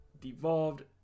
devolved